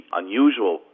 unusual